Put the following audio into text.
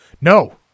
No